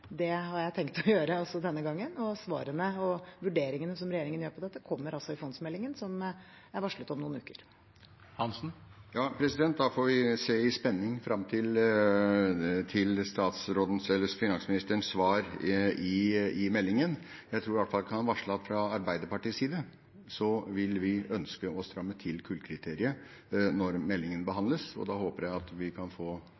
har jeg tenkt å gjøre det også denne gangen, og svarene og vurderingen som regjeringen gjør av dette, kommer i fondsmeldingen, som er varslet om noen uker. Da får vi vente i spenning på finansministerens svar i meldingen. Jeg tror i hvert fall jeg fra Arbeiderpartiets side kan varsle at vi vil ønske å stramme til i kullkriteriet når meldingen behandles, og da håper jeg at vi kan få